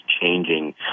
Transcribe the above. changing